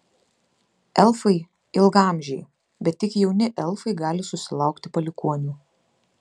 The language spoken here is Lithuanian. elfai ilgaamžiai bet tik jauni elfai gali susilaukti palikuonių